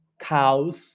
cows